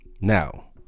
Now